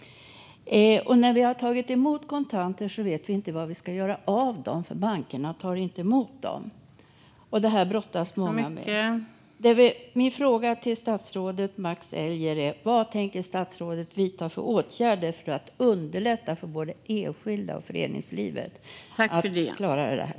När vi tar emot kontanter vet vi inte vad vi ska göra av dem, för bankerna tar inte emot dem. Det här brottas många med. Min fråga till statsrådet Max Elger är: Vad tänker statsrådet vidta för åtgärder för att underlätta för både enskilda och föreningslivet att klara detta?